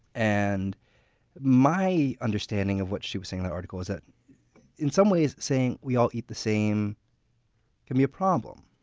and my understanding of what she was saying in the article is that in some ways saying we all eat the same can be a problem.